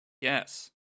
Yes